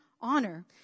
honor